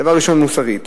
דבר ראשון מוסרית,